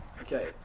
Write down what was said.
Okay